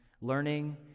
learning